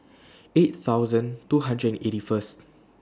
eight thousand two hundred and eighty First